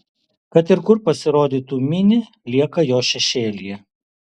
kad ir kur pasirodytų mini lieka jo šešėlyje